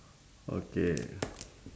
okay